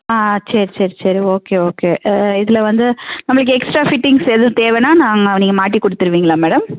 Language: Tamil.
ஆ சரி சரி சரி ஓகே ஓகே இதில் வந்து நம்மளுக்கு எக்ஸ்ட்ரா ஃபிட்டிங்ஸ் எதுவும் தேவைன்னா நாங்கள் நீங்கள் மாட்டி கொடுத்துருவீங்களா மேடம்